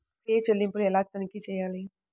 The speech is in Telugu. యూ.పీ.ఐ చెల్లింపులు ఎలా తనిఖీ చేయాలి?